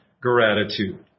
gratitude